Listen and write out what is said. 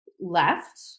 left